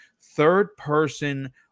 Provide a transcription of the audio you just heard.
third-person